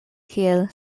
kiel